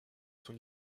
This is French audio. son